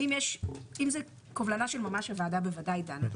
ואם זו קובלנה של ממש הוועדה בוודאי דנה.